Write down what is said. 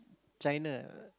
China